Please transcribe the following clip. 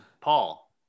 Paul